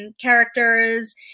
characters